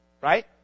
right